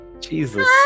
Jesus